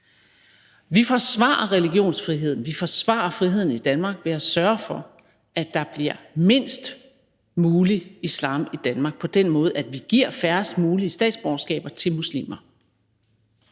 Vi forsvarer religionsfriheden; vi forsvarer friheden i Danmark ved at sørge for, at der bliver mindst muligt islam i Danmark, og på den måde, at vi giver færrest mulige statsborgerskaber til muslimer.